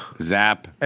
Zap